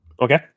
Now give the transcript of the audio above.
Okay